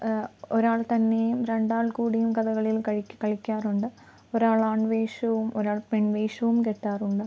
ഒരാൾ തന്നെയും രണ്ടാൾ കൂടിയും കഥകളിയിൽ കളിക്കാറുണ്ട് ഒരാൾ ആൺവേഷവും ഒരാൾ പെൺവേഷവും കെട്ടാറുണ്ട്